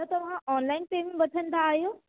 त तव्हां online payment वठंदा आहियो